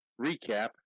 recap